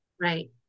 Right